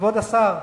כבוד השר: